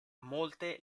molte